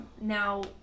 Now